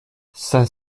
cinq